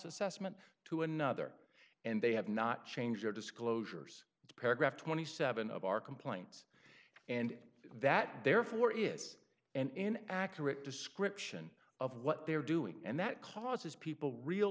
assessment to another and they have not changed their disclosures to paragraph twenty seven of our complaint and that therefore is in accurate description of what they're doing and that causes people real